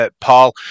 Paul